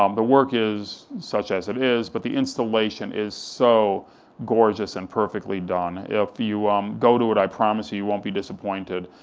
um the work is such as it is, but the installation is so gorgeous and perfectly done, if you um go it, i promise you, you won't be disappointed.